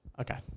Okay